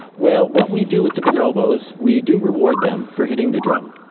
well, what we do with the bonobos, we do reward them for hitting the drum,